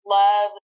love